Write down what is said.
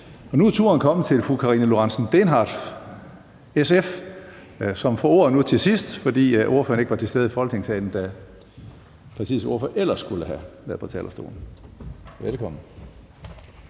Så er turen kommet til fru Karina Lorentzen Dehnhardt, SF, som får ordet nu til sidst, fordi ordføreren ikke var til stede i Folketingssalen, da partiets ordfører ellers skulle have været på talerstolen. Velkommen.